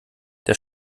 der